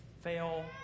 fail